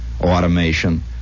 Automation